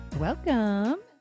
Welcome